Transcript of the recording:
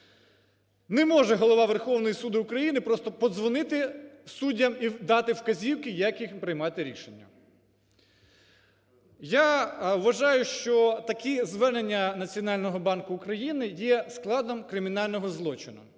Не може Голова Верховного Суду України просто подзвонити суддями і дати вказівки, як їм приймати рішення. Я вважаю, що такі звернення Національного банку України є складом кримінального злочину,